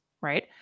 right